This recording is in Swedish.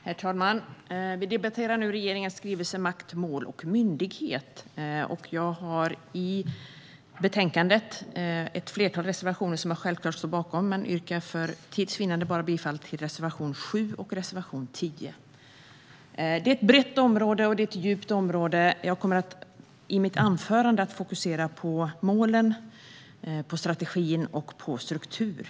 Herr talman! Vi debatterar nu regeringens skrivelse Makt, mål och myndighet . Jag har i betänkandet ett flertal reservationer som jag självklart står bakom, men jag yrkar för tids vinnande bara bifall till reservationerna 7 och 10. Detta är ett brett och djupt område. Jag kommer i mitt anförande att fokusera på målen, på strategin och på struktur.